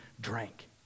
drank